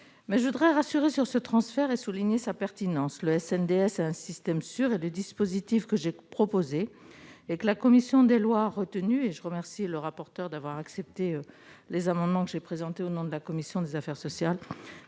ans. Je tiens à rassurer sur ce transfert et à souligner sa pertinence. Le SNDS est un système sûr et le dispositif que j'ai proposé, que la commission des lois a retenu- je remercie M. le rapporteur d'avoir accepté les amendements que j'ai présentés au nom de la commission des affaires sociales